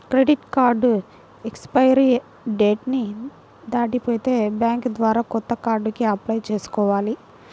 credit card expiry date ని దాటిపోతే bank ద్వారా కొత్త కార్డుకి అప్లై చేసుకోవాలి